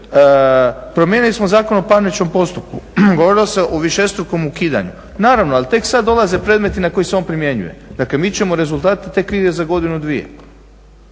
Promijenili smo Zakon o parničnom postupku, govorilo se o višestrukom ukidanju, naravno ali tek sada dolaze predmeti na koji se on primjenjuje. dakle mi ćemo rezultate vidjeti tek za godinu, dvije.